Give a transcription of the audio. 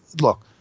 look